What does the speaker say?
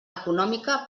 econòmica